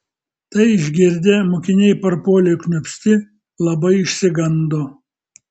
tai išgirdę mokiniai parpuolė kniūpsti labai išsigando